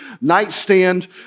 nightstand